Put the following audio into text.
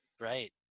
right